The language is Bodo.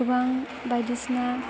गोबां बायदिसिना